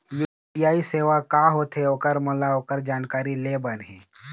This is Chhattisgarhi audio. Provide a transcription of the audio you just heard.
यू.पी.आई सेवा का होथे ओकर मोला ओकर जानकारी ले बर हे?